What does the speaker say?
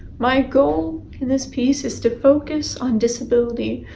my goal in this piece is to focus on disability,